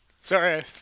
Sorry